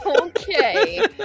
Okay